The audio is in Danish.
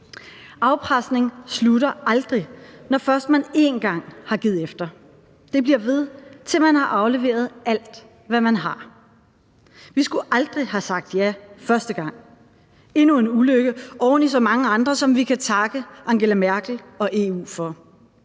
Afpresning slutter aldrig, når først man en gang har givet efter. Det bliver ved, til man har afleveret alt, hvad man har. Vi skulle aldrig have sagt ja første gang. Det var endnu en ulykke oven i så mange andre, som vi kan takke Angela Merkel og EU for.